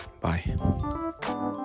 Bye